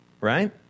right